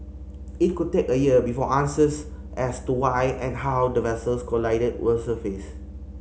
it could take a year before answers as to why and how the vessels collided will surface